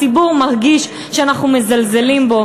הציבור מרגיש שאנחנו מזלזלים בו.